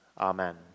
Amen